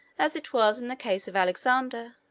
as it was in the case of alexander,